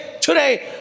today